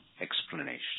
explanation